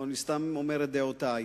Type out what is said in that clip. אני סתם אומר את דעותי,